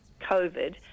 COVID